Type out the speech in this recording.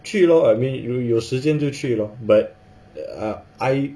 去 lor I mean 有时间就去 lor but ah I